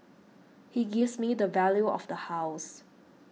he gives me the value of the house